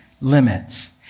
limits